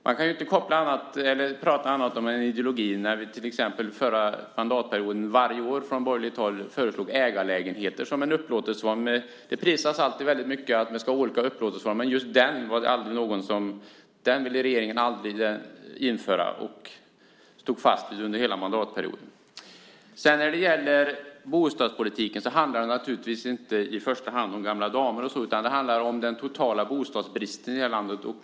Man kan inte säga annat än att det handlar om ideologiska skillnader när vi under förra mandatperioden varje år från borgerligt håll föreslog ägarlägenheter som en upplåtelseform. Från socialdemokratiskt håll pratade man alltid om att det ska finnas olika upplåtelseformer, men ägarlägenheter ville regeringen inte införa, och det stod man fast vid under hela mandatperioden. Bostadspolitiken handlar naturligtvis inte i första hand om gamla damer. Det handlar om den totala bostadsbristen i landet.